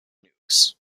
nukes